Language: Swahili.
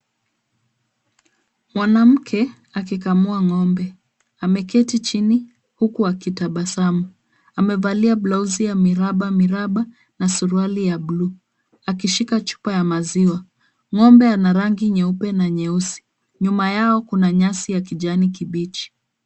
Mwanamke akikamua ng'ombe. Ameketi chini huku akitabasamu. Amevalia blausi ya mirabamiraba na suruali ya blue akishika chupa ya maziwa. Ng'ombe ana rangi nyeupe na nyeusi. Nyuma yao kuna nyasi ya kijani kibichi.